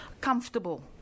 comfortable